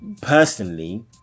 personally